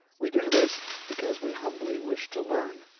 we do this because we humbly wish to learn.